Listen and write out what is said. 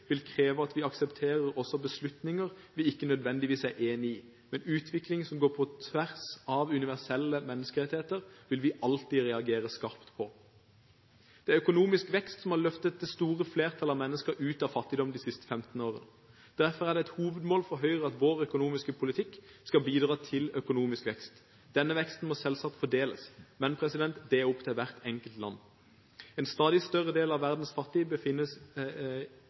vil kreve at vi aksepterer også beslutninger vi ikke nødvendigvis er enig i, men en utvikling som går på tvers av universelle menneskerettigheter, vil vi alltid reagere skarpt på. Det er økonomisk vekst som har løftet det store flertallet av mennesker ut av fattigdom de siste 15 årene. Derfor er det et hovedmål for Høyre at vår utviklingspolitikk skal bidra til økonomisk vekst. Den veksten må selvsagt fordeles. Det er opp til hvert enkelt land. En stadig større andel av verdens fattige